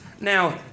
Now